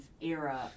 era